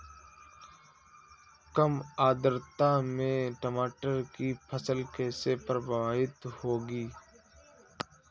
कम आर्द्रता में टमाटर की फसल कैसे प्रभावित होगी?